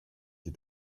die